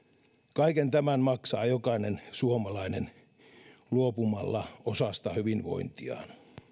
kaiken tämän maksaa jokainen suomalainen luopumalla osasta hyvinvointiaan